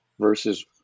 versus